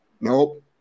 Nope